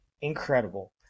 incredible